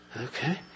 Okay